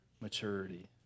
Maturity